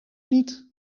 niet